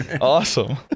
Awesome